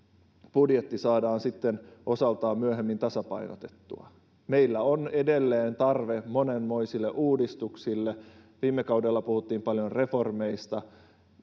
budjetti saadaan sitten osaltaan myöhemmin tasapainotettua meillä on edelleen tarve monenmoisille uudistuksille viime kaudella puhuttiin paljon reformeista